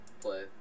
Play